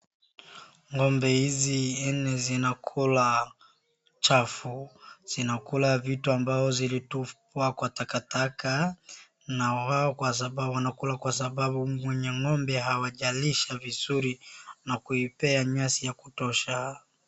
Ng'ombe hizi nne zinakula chafu, zinakula vitu ambao zilitupwa kwa takataka, na wao wanakula kwa sababu wenye ng'ombe hawajalisha vizuri na kuipea nyasi ya kutosha.